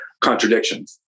contradictions